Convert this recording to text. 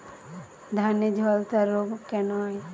ধানে ঝলসা রোগ কেন হয়?